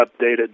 updated